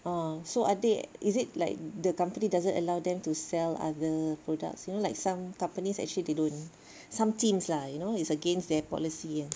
ah so ada is it like the company doesn't allow them to sell other products you know like some companies actually they don't some things lah you know it's against their policy kan